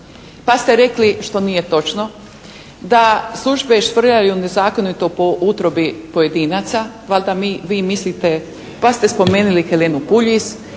Pa ste rekli, nešto što nije točno. Da službe švrljaju nezakonito po utrobi pojedinaca. Valjda vi mislite. Pa ste spomenuli Helenu Puljiz,